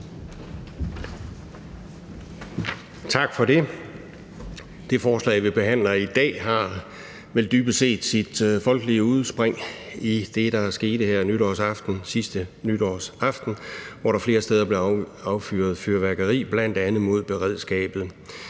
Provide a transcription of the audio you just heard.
Tak for det. Det forslag, vi behandler i dag, har vel dybest set sit folkelige udspring i det, der skete sidste nytårsaften, hvor der flere steder blevet affyret fyrværkeri, bl.a. mod beredskabet.